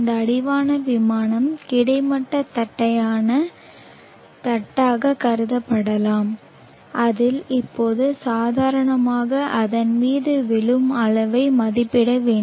இந்த அடிவான விமானம் கிடைமட்ட தட்டையான தட்டாகக் கருதப்படலாம் அதில் இப்போது சாதாரணமாக அதன் மீது விழும் அளவை மதிப்பிட வேண்டும்